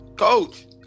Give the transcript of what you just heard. Coach